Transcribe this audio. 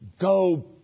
Go